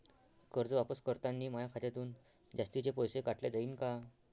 कर्ज वापस करतांनी माया खात्यातून जास्तीचे पैसे काटल्या जाईन का?